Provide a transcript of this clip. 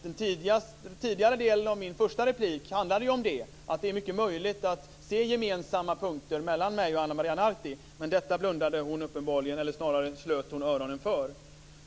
Den tidigare delen av min första replik handlade om det. Det är mycket möjligt att se gemensamma punkter mellan mig och Ana Maria Narti. Men detta blundade hon uppenbarligen för, eller snarare slöt hon öronen för.